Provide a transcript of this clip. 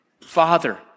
Father